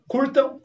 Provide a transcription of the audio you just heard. Curtam